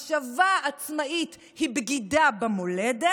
מחשבה עצמאית היא בגידה במולדת,